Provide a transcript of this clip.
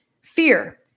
fear